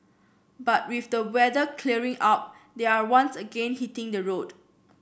but with the weather clearing up they are once again hitting the road